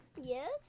Yes